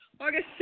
August